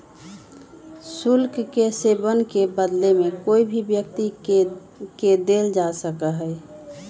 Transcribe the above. शुल्क के सेववन के बदले में कोई भी व्यक्ति के देल जा सका हई